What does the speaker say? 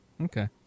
Okay